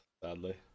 sadly